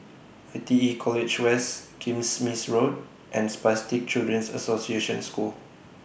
I T E College West Kismis Road and Spastic Children's Association School